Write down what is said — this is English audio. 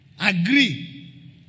Agree